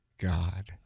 god